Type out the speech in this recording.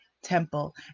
temple